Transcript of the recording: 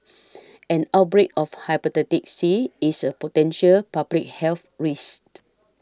an outbreak of Hepatitis C is a potential public health risk